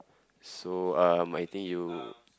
so um I think you